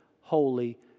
holy